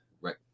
right